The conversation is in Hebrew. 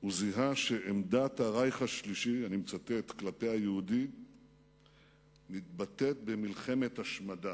הוא זיהה ש"עמדת הרייך השלישי כלפי היהודים מתבטאת במלחמת השמדה".